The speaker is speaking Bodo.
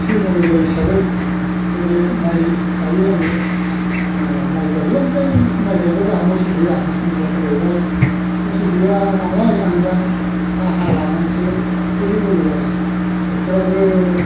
सोलिनांगौ हिसाबै नैबे माइ गायो आङो माइ गायो ओमफ्राय माइ गायबाबो आहा मोसौ गैया दुखुनि बाथ्रा जायैबाय मोसौ गैया नालाय आं दा बाह्रा लानानैसो टेक्टरजों एवो आरो टेक्टराबो